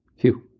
Phew